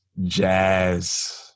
jazz